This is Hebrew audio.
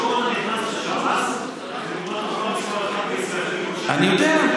מספר אחת בישראל, אני יודע.